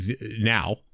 now